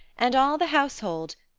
and all the household,